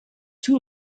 too